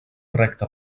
recte